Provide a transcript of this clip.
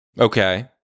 Okay